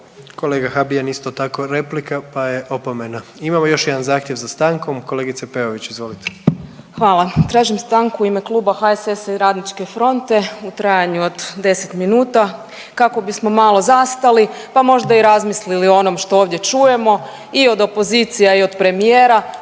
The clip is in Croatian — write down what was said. Kolega Habijan isto tako replika, pa je opomena. Imamo još jedan zahtjev za stankom. Kolegice Peović, izvolite. **Peović, Katarina (RF)** Tražim stanku u ime kluba HSS-a i Radničke fronte u trajanju od 10 minuta kako bismo malo zastali, pa možda i razmislili o onom što ovdje čujemo i od opozicija i od premijera.